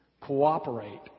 cooperate